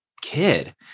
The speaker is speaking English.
kid